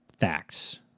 Facts